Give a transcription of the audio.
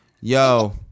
Yo